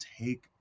take